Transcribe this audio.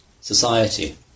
society